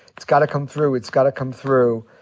it's got to come through. it's got to come through.